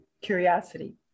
Curiosity